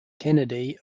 kennedy